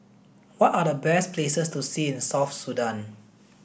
what are the best places to see in South Sudan